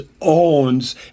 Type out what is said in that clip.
owns